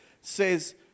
says